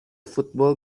football